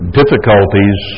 difficulties